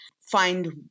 find